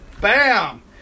Bam